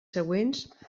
següents